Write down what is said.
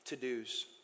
to-dos